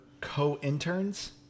co-interns